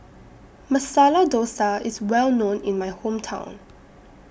Masala Dosa IS Well known in My Hometown